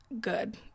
good